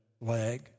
leg